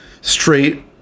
straight